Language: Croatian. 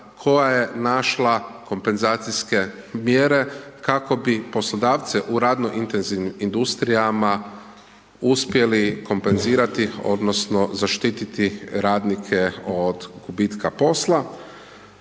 koja je našla kompenzacijske mjere kako bi poslodavce u radno intenzivnim industrijama uspjeli kompenzirati odnosno zaštititi radnike od gubitka posla